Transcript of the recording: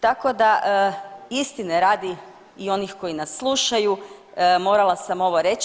Tako da istine radi i onih koji nas slušaju morala sam ovo reći.